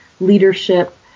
leadership